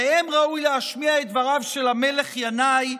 עליהם ראוי להשמיע את דבריו של המלך ינאי: